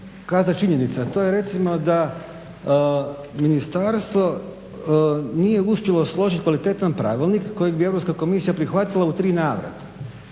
kazati činjenice, a to je recimo da ministarstvo nije uspjelo složiti kvalitetan pravilnik kojeg bi Europska komisija prihvatila u tri navrata.